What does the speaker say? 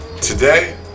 today